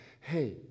Hey